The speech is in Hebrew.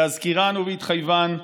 בהזכירן ובהתחייבן,